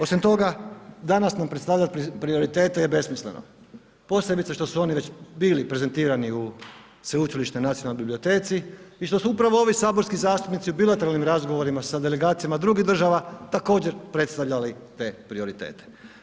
Osim toga, danas nam predstavljati prioritete je besmisleno, posebice što su oni već bili prezentirani u Sveučilišnoj nacionalnoj biblioteci i što su upravo ovi saborski zastupnici u bilateralnim razgovorima sa delegacijama drugih država također predstavljali te prioritete.